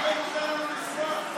(חברת הכנסת מאי גולן יוצאת מאולם המליאה.) תן לנו לשמוח קצת.